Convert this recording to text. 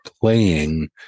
playing